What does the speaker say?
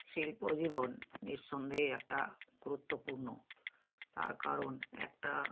শিল্প জীবন নিঃসন্দেহে একটা গুরুত্বপূর্ণ তার কারণ একটা